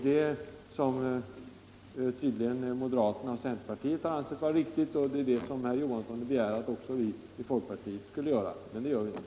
Detta har tydligen moderata samlingspartiet och centerpartiet ansett vara riktigt, och detta begär herr Johansson att också vi i folkpartiet skall göra. Det gör vi inte.